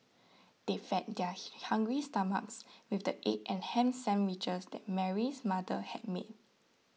they fed their hungry stomachs with the egg and ham sandwiches that Mary's mother had made